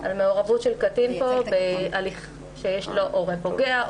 על מעורבות של קטין פה בהליך שיש לו הורה פוגע,